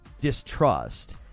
distrust